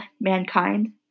mankind